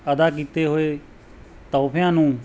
ਅਦਾ ਕੀਤੇ ਹੋਏ ਤੋਹਫਿਆਂ ਨੂੰ